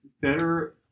better